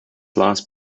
last